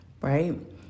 right